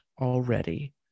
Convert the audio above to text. already